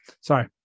Sorry